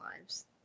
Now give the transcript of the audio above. lives